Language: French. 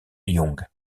young